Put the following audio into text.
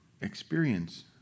experience